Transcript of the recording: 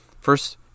First